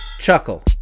Chuckle